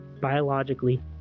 biologically